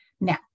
Now